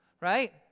right